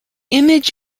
image